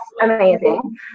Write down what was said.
amazing